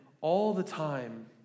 all-the-time